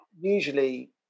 Usually